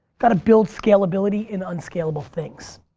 got to build scalability in unscalable things.